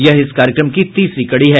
यह इस कार्यक्रम की तीसरी कड़ी है